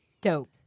Dope